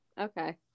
okay